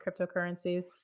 cryptocurrencies